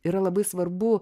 yra labai svarbu